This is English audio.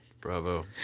Bravo